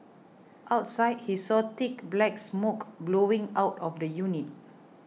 outside he saw thick black smoke billowing out of the unit